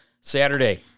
Saturday